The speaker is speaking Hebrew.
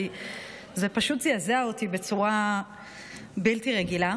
כי זה פשוט זעזע אותי בצורה בלתי רגילה.